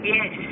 Yes